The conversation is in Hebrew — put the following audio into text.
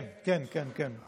כן כן כן.